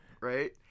Right